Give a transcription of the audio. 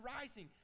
rising